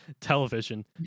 television